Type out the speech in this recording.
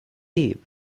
live